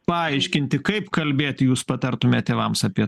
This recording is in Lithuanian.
paaiškinti kaip kalbėti jūs patartumėt tėvams apie